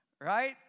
right